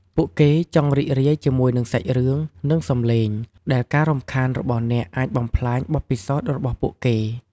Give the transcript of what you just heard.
ពួកគេចង់រីករាយជាមួយនឹងសាច់រឿង និងសំឡេង ដែលការរំខានរបស់អ្នកអាចបំផ្លាញបទពិសោធន៍របស់ពួកគេ។